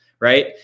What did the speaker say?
right